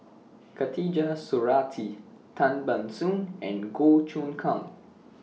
Khatijah Surattee Tan Ban Soon and Goh Choon Kang